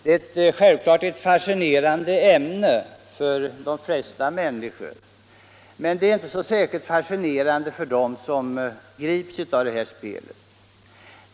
Det är självfallet ett fascinerande ämne för de flesta människor, men det är inte så särskilt roligt för dem som grips av detta spel.